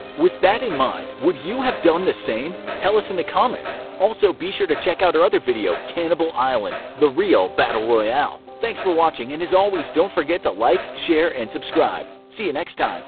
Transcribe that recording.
with that in mind, would you have done the same? tell us in the comments. also, be sure to check out our other video cannibal island the real battle royale. thanks for watching, and as always, don't forget to like, share and subscribe. see you next time.